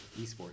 Esports